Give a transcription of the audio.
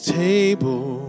table